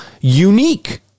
unique